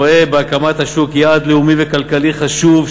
רואה בהקמת השוק יעד לאומי וכלכלי חשוב,